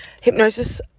hypnosis